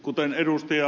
kuten ed